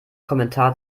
kommentar